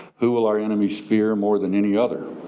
who will our enemies fear more than any other.